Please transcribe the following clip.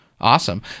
Awesome